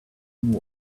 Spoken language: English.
and